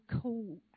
cool